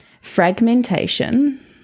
fragmentation